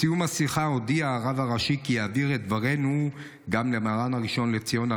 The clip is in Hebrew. בסיום השיחה הודיע הרב הראשי כי יעביר את דברינו גם למרן הראשון לציון,